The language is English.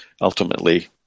ultimately